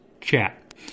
chat